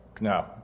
No